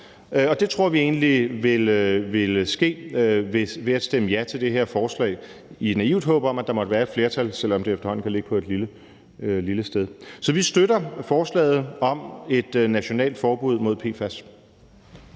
og det tror vi egentlig vil ske, ved at man stemmer ja til det her forslag – i et naivt håb om, at der måtte være et flertal, selv om det efterhånden kan ligge på et lille sted. Så vi støtter forslaget om et nationalt forbud mod PFAS.